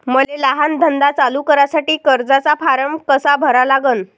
मले लहान धंदा चालू करासाठी कर्जाचा फारम कसा भरा लागन?